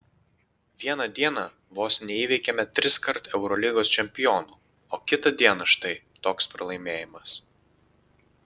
vieną dieną vos neįveikėme triskart eurolygos čempionų o kitą dieną štai toks pralaimėjimas